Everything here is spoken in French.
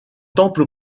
temple